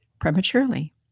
prematurely